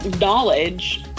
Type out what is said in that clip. knowledge